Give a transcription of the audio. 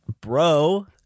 Bro